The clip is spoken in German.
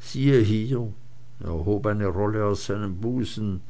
hier er hob eine rolle aus seinem busen